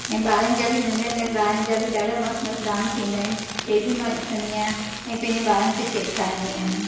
ऐं ॿारनि जा बि नंढनि नंढनि ॿारनि जा बि ॾाढा मस्तु मस्तु डांस ईंदा आहिनि हीअ बि मां ॾिसंदी आहियां ऐं पंहिंजे ॿारनि खे सेखारींदी आहिंयां